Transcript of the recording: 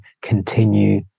continue